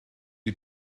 you